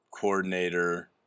coordinator